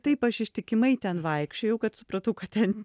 taip aš ištikimai ten vaikščiojau kad supratau kad ten